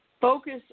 Focus